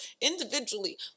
individually